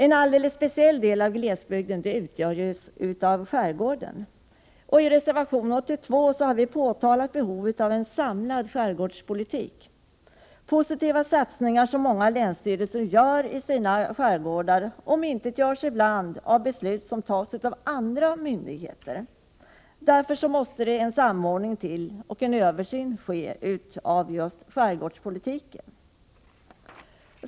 En alldeles speciell del av glesbygden utgörs av skärgården. I reservation 82 har vi påtalat behovet av en samlad skärgårdspolitik. Positiva satsningar som många länsstyrelser gör i sina skärgårdar omintetgörs ibland av beslut som tas av andra myndigheter. Därför måste det till en samordning, och det måste göras en översyn av just skärgårdspolitiken.